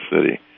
City